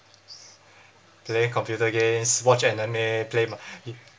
play computer games watch anime play